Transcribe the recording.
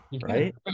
right